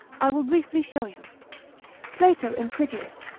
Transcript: i will briefly show you plato in critias,